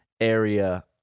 area